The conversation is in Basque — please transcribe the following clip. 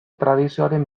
tradizioaren